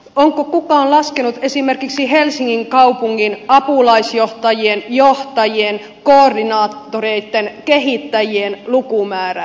onko kukaan laskenut esimerkiksi helsingin kaupungin apulaisjohtajien johtajien koordinaattoreitten kehittäjien lukumäärää